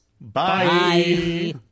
Bye